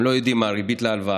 הם לא יודעים מה הריבית על ההלוואה,